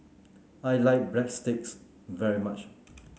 I like Breadsticks very much